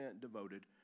devoted